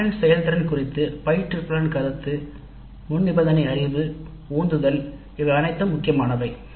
மாணவர்களின் செயல்திறன் குறித்து பயிற்றுவிப்பாளரின் கருத்து முன்நிபந்தனை அறிவு முயற்சி இவை அனைத்தும் வருகின்றன